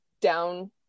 down